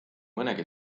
mõnegi